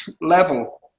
level